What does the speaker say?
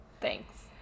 thanks